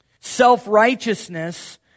self-righteousness